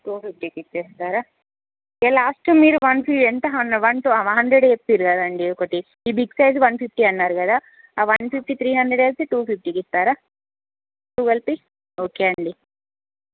two ఫిఫ్టీకిచ్చేస్తారా okay last మీరు once ఎంత హన్ వన్స్ హండ్రెడ్ చెప్పినారు కదండి ఒకటి ఈ బిగ్ సైజ్ వన్ ఫిఫ్టీ అన్నారు కదా ఆ వన్ ఫిఫ్టీ త్రీ హండ్రెడ్ వేసి టూ ఫిఫ్టీకిస్తారా టువల్ ఓకే అండి